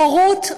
בורות,